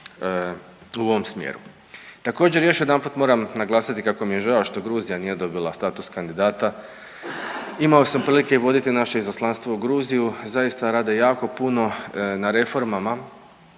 u ovom smjeru. Također još jedanput moram naglasiti kako mi je žao što Gruzija nije dobila status kandidata. Imao sam prilike voditi naše izaslanstvo u Gruziju, zaista rade jako puno na reformama,